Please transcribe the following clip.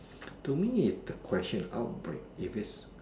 to me is the question outbreak if it's